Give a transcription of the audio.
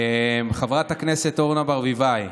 חברת הכנסת אורנה ברביבאי,